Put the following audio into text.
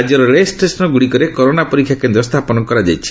ରାଜ୍ୟର ରେଳ ଷ୍ଟେସନ୍ଗୁଡ଼ିକରେ କରୋନା ପରୀକ୍ଷା କେନ୍ଦ୍ର ସ୍ଥାପନ କରାଯାଇଛି